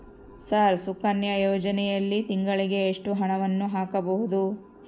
Sir Sukanya ಯೋಜನೆಯಲ್ಲಿ ತಿಂಗಳಿಗೆ ಎಷ್ಟು ಹಣವನ್ನು ಹಾಕಬಹುದು?